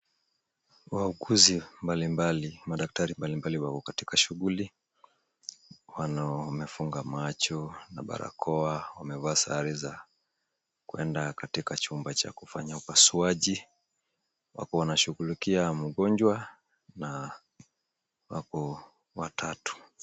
Wauguzi mbalimbali, madaktari mbalimbali wako katika shughuli, wana, wamefunga macho na barakoa, wamevaa sare za kwenda katika chumba cha kufanya upasuaji. Wapo wanashughulikia mgonjwa na wapo watatu.